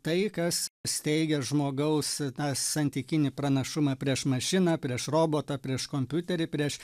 tai kas steigia žmogaus tą santykinį pranašumą prieš mašiną prieš robotą prieš kompiuterį prieš